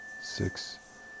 six